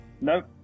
nope